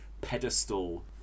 pedestal